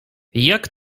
jak